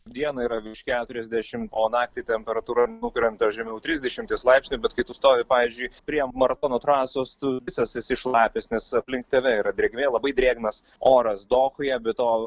dieną yra virš keturiasdešim o naktį temperatūra nukrenta žemiau trisdešimties laipsnių bet kai tu stovi pavyzdžiui prie maratono trasos tu visas esi šlapias nes aplink tave yra drėgmė labai drėgnas oras dohoje be to